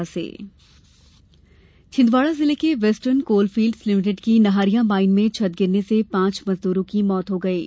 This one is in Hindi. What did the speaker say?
मजदूर मौत छिंदवाड़ा जिले के वेस्टर्न कोल फील्ड़ लिमिटेड की नहरिया माईन में छत गिरने से पांच मजदूरों की मौत हो गई है